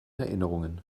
erinnerungen